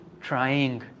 trying